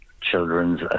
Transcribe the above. Children's